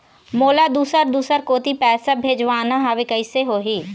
मोला दुसर दूसर कोती पैसा भेजवाना हवे, कइसे होही?